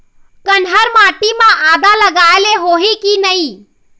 कन्हार माटी म आदा लगाए ले होही की नहीं?